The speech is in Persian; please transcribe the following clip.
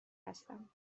هستم